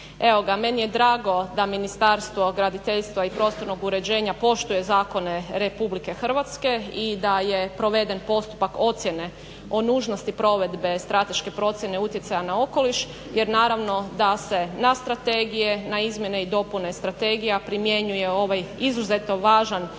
Evo ga, meni je drago da Ministarstvo graditeljstva i prostornog uređenja poštuje zakone Republike Hrvatske i da je proveden postupak ocjene o nužnosti provedbe strateške procjene utjecaja na okoliš jer naravno da se na strategije, na izmjene i dopune strategija primjenjuje ovaj izuzetno važan